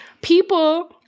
people